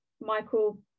Michael